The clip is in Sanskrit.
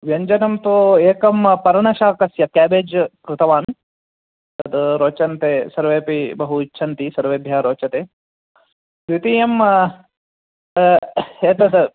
व्यञ्जनं तु एकं पर्णशाकस्य केबेज् कृतवान् तद् रोचन्ते सर्वेपि बहु इच्छन्ति सर्वेभ्यः रोचते द्वितीयं एतद्